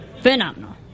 phenomenal